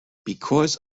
because